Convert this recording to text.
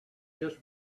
just